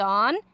on